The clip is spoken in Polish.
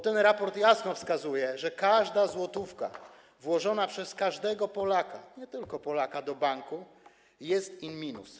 Ten raport jasno wskazuje, że każda złotówka włożona przez każdego Polaka - nie tylko Polaka - do banku jest in minus.